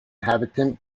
habitat